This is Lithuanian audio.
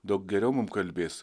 daug geriau mum kalbės